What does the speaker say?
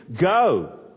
go